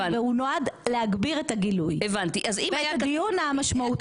והוא נועד להגביר את הגילוי ואת הדיון המשמעותי.